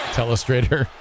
Telestrator